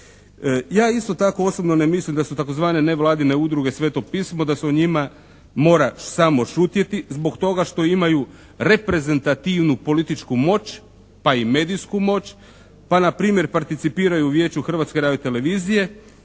Ja isto tako osobno ne mislim da su tzv. nevladine udruge sveto pismo, da se o njima mora samo šutjeti zbog toga što imaju reprezentativnu politiku moć pa i medijsku moć pa npr. participiraju u Vijeću Hrvatske radiotelevizije,